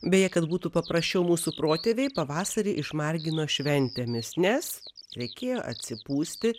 beje kad būtų paprasčiau mūsų protėviai pavasarį išmargino šventėmis nes reikėjo atsipūsti